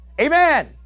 Amen